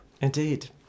Indeed